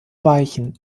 weichen